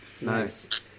nice